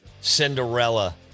Cinderella